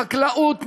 החקלאות נפגעת.